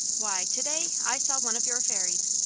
why, to-day i saw one of your fairies.